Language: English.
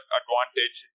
advantage